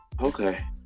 Okay